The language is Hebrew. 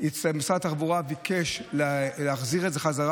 משרד התחבורה לא ביקש להחזיר את זה חזרה